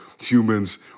humans